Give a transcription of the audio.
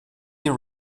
your